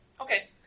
Okay